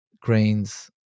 grains